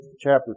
chapter